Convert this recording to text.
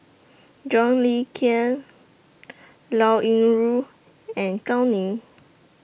John Le Cain Liao Yingru and Gao Ning